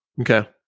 Okay